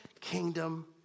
kingdom